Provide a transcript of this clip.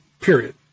period